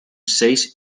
seis